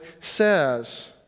says